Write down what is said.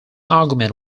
argument